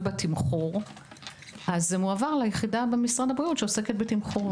בתמחור אז זה מועבר ליחידה במשרד הבריאות שעוסקת בתמחור,